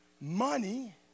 money